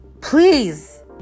Please